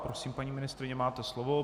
Prosím, paní ministryně, máte slovo.